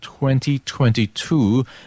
2022